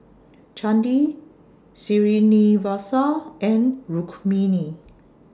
Chandi Srinivasa and Rukmini